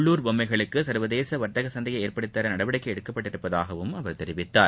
உள்ளுர் பொம்மைகளுக்கு சர்வதேச வர்த்தக சந்தையை ஏற்படுத்தித்தர நடவடிக்கை எடுக்கப்பட்டுள்ளதாகவும் அவர் தெரிவித்தார்